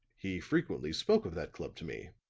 he frequently spoke of that club to me,